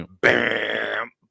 Bam